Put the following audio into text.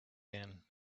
when